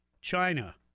China